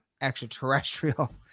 extraterrestrial